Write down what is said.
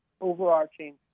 overarching